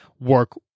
work